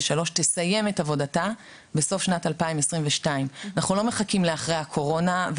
תסיים את עבודתה בסוף שנת 2022. אנחנו לא מחכים לתקופה שאחרי הקורונה,